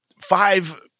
five